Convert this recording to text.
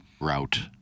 route